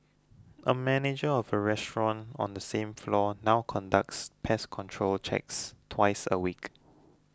a manager of a restaurant on the same floor now conducts pest control checks twice a week